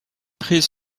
prise